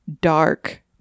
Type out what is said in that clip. dark